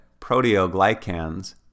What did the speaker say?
proteoglycans